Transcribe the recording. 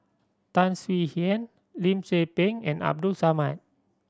Tan Swie Hian Lim Tze Peng and Abdul Samad